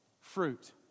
fruit